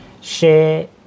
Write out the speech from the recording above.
share